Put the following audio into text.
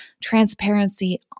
transparency